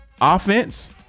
offense